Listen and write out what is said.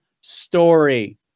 story